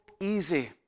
easy